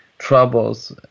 Troubles